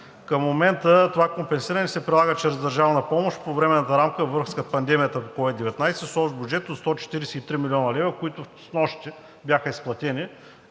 Към момента това компенсиране се прилага чрез държавна помощ по Временната рамка във връзка с пандемията COVID-19, с общ бюджет от 143 млн. лв., които снощи бяха изплатени.